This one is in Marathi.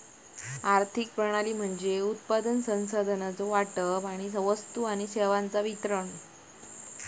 आर्थिक प्रणाली म्हणजे उत्पादन, संसाधनांचो वाटप आणि वस्तू आणि सेवांचो वितरण